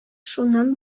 шуннан